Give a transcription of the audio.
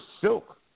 silk